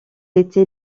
était